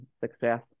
success